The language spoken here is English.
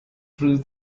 through